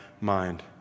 mind